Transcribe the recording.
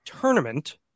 tournament